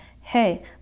Hey